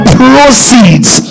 proceeds